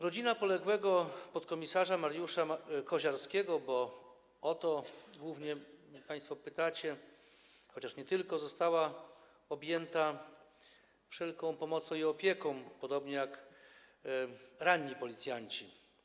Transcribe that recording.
Rodzina poległego podkom. Mariusza Koziarskiego, bo o to głównie państwo pytacie, chociaż nie tylko, została objęta wszelką pomocą i opieką, podobnie jak ranni policjanci.